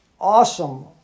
awesome